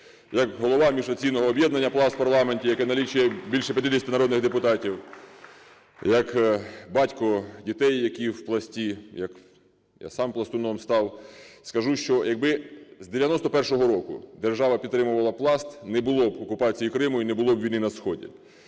Як голова міжфракційного об'єднання Пласт в парламенті, яке налічує більше 50 народних депутатів, як батько дітей, які в Пласті, як… я сам пластуном став, скажу, що якби з 91-го року держава підтримувала Пласт не було б окупації Криму і не було б війни на сході.